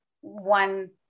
One